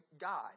God